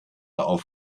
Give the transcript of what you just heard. auf